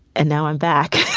and now i'm back.